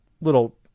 little